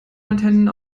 antennen